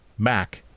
Mac